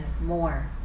more